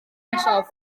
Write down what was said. nesaf